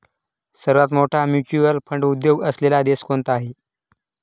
सर्वात मोठा mutual fund उद्योग असलेला देश कोणता आहे?